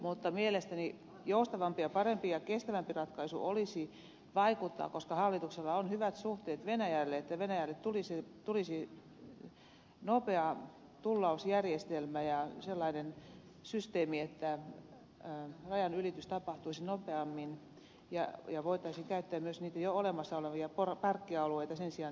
mutta mielestäni joustavampi ja parempi ja kestävämpi ratkaisu olisi koska hallituksella on hyvät suhteet venäjälle vaikuttaa siihen että venäjälle tulisi nopea tullausjärjestelmä ja sellainen systeemi että rajanylitys tapahtuisi nopeammin ja voitaisiin käyttää myös niitä jo olemassa olevia parkkialueita sen sijaan että rakennetaan rekkaparkki sinne